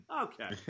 okay